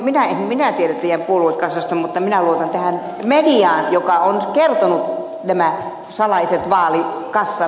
en minä tiedä teidän puoluekassastanne mutta minä luotan tähän mediaan joka on kertonut nämä salaiset vaalikassat